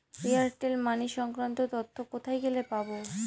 Airtel money সংক্রান্ত তথ্য কোথায় গেলে পাব?